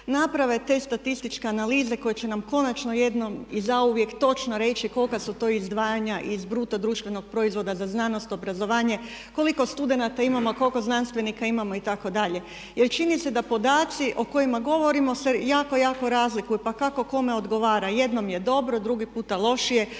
naprave te statističke analize koje će nam konačno jednom i zauvijek točno reći kolika su to izdvajanja iz bruto društvenog proizvoda za znanost, obrazovanje, koliko studenata imamo a koliko znanstvenika imamo, itd.. Jer čini se da podaci o kojima govorimo se jako, jako razlikuju pa kako kome odgovara. Jednom je dobro, drugi puta lošije